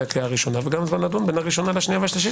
הקריאה הראשונה וגם זמן לדון בין הראשון לשנייה והשלישית.